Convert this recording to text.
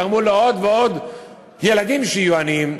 גרמו לעוד ועוד ילדים להיות עניים,